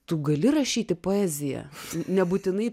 tu gali rašyti poeziją nebūtinai